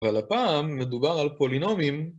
אבל הפעם מדובר על פולינומים.